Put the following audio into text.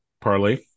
parlay